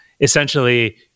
essentially